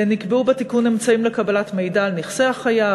נקבעו בתיקון אמצעים לקבלת מידע על נכסי החייב,